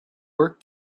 work